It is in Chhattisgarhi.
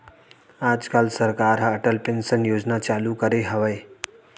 आज काल सरकार ह अटल पेंसन योजना चालू करे हवय